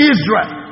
Israel